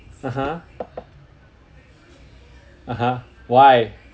(uh huh) (uh huh) why